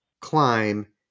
climb